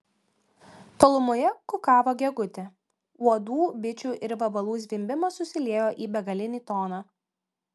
tolumoje kukavo gegutė uodų bičių ir vabalų zvimbimas susiliejo į begalinį toną